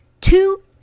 Two